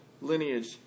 lineage